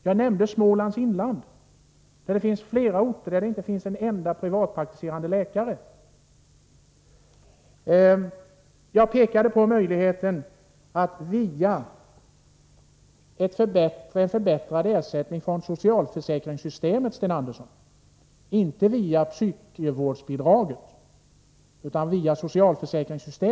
Jag har nämnt Smålands inland. På flera orter där finns det inte en enda privatpraktiserande läkare. Vidare har jag pekat på möjligheten att åstadkomma en förbättrad ersättning till privatpraktiserande läkare via socialförsäkringssystemet — inte via psykvårdsbidraget, Sten Andersson!